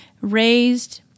raised